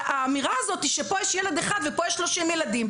האמירה היא שפה יש ילד אחד, ופה יש 30 ילדים.